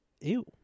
Ew